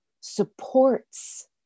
supports